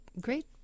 great